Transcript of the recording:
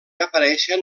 apareixen